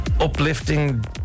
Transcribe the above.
uplifting